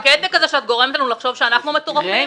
זה קטע כזה שאת גורמת לנו לחשוב שאנחנו מטורפים,